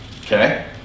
Okay